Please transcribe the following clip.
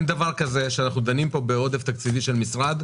אין דבר כזה שאנחנו דנים פה בעודף תקציבי של משרד,